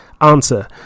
answer